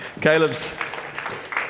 caleb's